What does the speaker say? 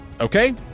Okay